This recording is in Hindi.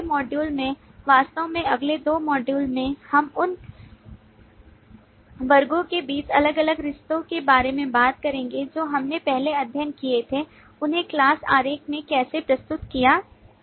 अगले मॉड्यूल में वास्तव में अगले दो मॉड्यूल में हम उन वर्गो के बीच अलग अलग रिश्तों के बारे में बात करेंगे जो हमने पहले अध्ययन किए थे उन्हें class आरेख में कैसे प्रस्तुत किया जाए